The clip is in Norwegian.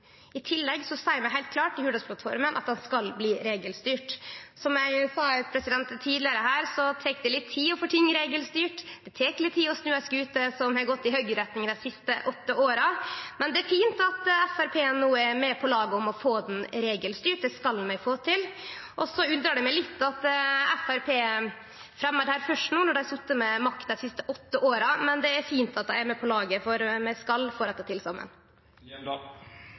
I tillegg seier vi heilt klart i Hurdalsplattforma at han skal bli regelstyrt. Som eg sa tidlegare, tek det litt tid å få ting regelstyrt. Det tek litt tid å snu ei skute som har gått i høgreretning dei siste åtte åra. Men det er fint at Framstegspartiet no er med på laget om å få kompensasjonen regelstyrt. Dette skal vi få til. Så undrar det meg litt at Framstegspartiet først no fremjar dette når dei har hatt makta dei siste åtte åra. Men det er fint at dei er med på laget, for vi skal få dette til